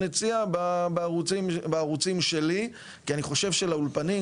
הציע בערוצים שלי כי אני חושב שלאולפנים,